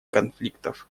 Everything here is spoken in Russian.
конфликтов